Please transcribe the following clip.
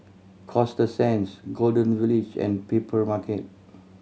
Coasta Sands Golden Village and Papermarket